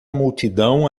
multidão